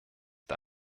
der